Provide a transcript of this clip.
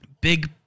big